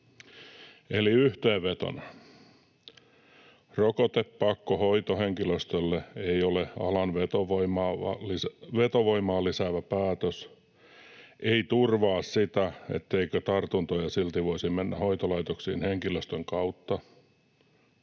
Eli yhteenvetona: Rokotepakko hoitohenkilöstölle ei ole alan vetovoimaa lisäävä päätös, ei turvaa sitä, etteikö tartuntoja silti voisi mennä hoitolaitoksiin henkilöstön kautta